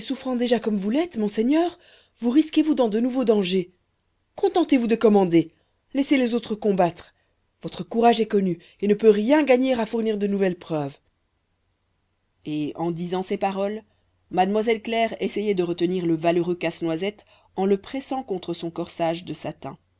déjà comme vous l'êtes monseigneur vous risquez vous dans de nouveaux dangers contentez-vous de commander laissez les autres combattre votre courage est connu et ne peut rien gagner à fournir de nouvelles preuves et en disant ces paroles mademoiselle claire essayait de retenir le valeureux casse-noisette en le pressant contre son corsage de satin